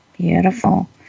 Beautiful